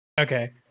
Okay